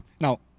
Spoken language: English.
Now